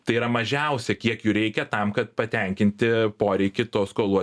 tai yra mažiausia kiek jų reikia tam kad patenkinti poreikį to skolų